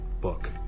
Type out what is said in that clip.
book